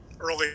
early